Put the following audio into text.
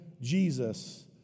Jesus